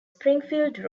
springfield